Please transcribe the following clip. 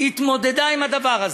התמודדה עם הדבר הזה,